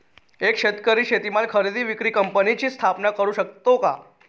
एक शेतकरी शेतीमाल खरेदी विक्री कंपनीची स्थापना करु शकतो का?